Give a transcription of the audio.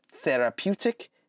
Therapeutic